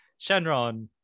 Shenron